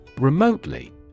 Remotely